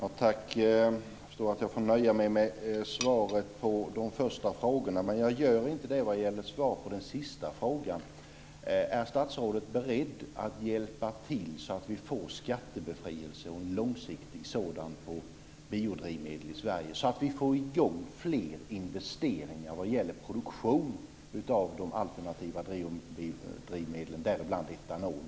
Fru talman! Jag förstår att jag får nöja mig med svaret på de första frågorna, men jag nöjer mig inte med svaret på den sista frågan. Är statsrådet beredd att hjälpa till så att vi får en långsiktig skattebefrielse på biodrivmedel i Sverige? Det skulle få i gång fler investeringar vad gäller produktion av alternativa biodrivmedel, däribland etanol.